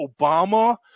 Obama